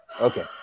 Okay